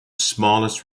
smallest